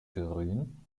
grün